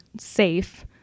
safe